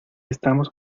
estamos